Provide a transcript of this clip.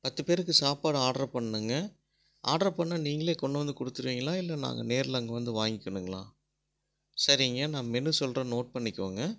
பத்து பேருக்கு சாப்பாடு ஆர்டர் பண்ணுங்கள் ஆர்டர் பண்ணா நீங்களே கொண்டு வந்து கொடுத்துருவிங்களா இல்லை நாங்கள் நேரில் அங்கே வந்து வாங்கிக்கனுங்களா சரிங்க நான் மெனு சொல்லுறேன் நோட் பண்ணிக்கோங்க